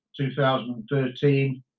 2013